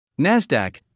Nasdaq